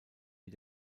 wie